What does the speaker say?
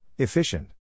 Efficient